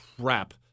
crap